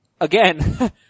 again